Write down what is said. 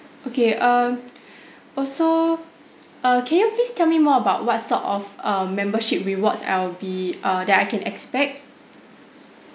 okay err also uh can you please tell me more about what sort of um membership rewards I'll be err that I can expect